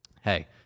hey